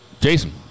Jason